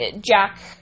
Jack